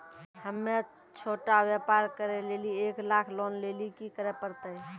हम्मय छोटा व्यापार करे लेली एक लाख लोन लेली की करे परतै?